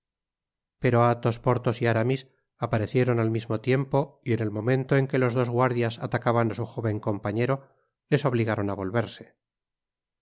pero athos porthos y aramis aparecieron al mismo tiempo y en el momento en que los dos guardias atacaban á su v jóven compañero les obligaron á volverse